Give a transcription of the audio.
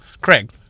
Craig